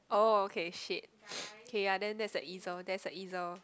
oh okay shit K ya then that's a easel there's a easel